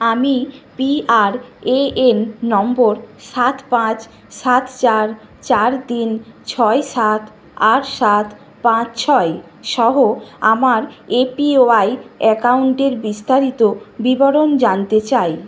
আমি পিআরএএন নম্বর সাত পাঁচ সাত চার চার তিন ছয় সাত আট সাত পাঁচ ছয় সহ আমার এপিওয়াই অ্যাকাউন্টের বিস্তারিত বিবরণ জানতে চাই